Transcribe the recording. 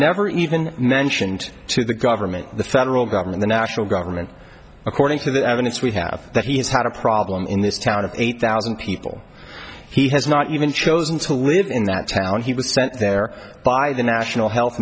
never even mentioned to the government the federal government the national government according to the evidence we have that he has had a problem in this town of eight thousand people he has not even chosen to live in that town he was sent there by the national health